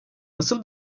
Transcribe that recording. nasıl